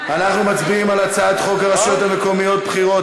אנחנו מצביעים על הצעת חוק הרשויות המקומיות (בחירות)